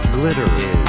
literally